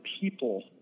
people